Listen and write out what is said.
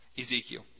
Ezekiel